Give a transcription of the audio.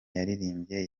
yaririmbye